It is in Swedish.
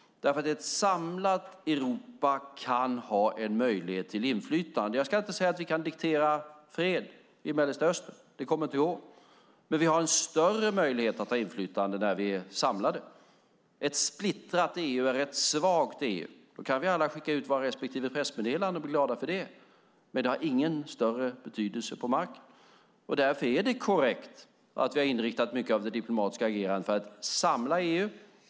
Ett samlat Europa kan ha en möjlighet till inflytande. Jag ska inte säga att vi kan diktera fred i Mellanöstern. Det kommer inte att gå. Men vi har en större möjlighet att ha inflytande när vi är samlade. Ett splittrat EU är ett svagt EU. Då kan vi alla skicka ut våra respektive pressmeddelanden och bli glada för det. Men det har ingen större betydelse på marken. Därför är det korrekt att vi har inriktat mycket av det diplomatiska agerandet på att samla EU.